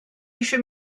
eisiau